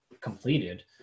completed